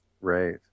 Right